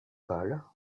pâle